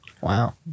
Wow